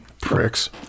Pricks